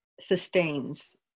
sustains